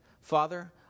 Father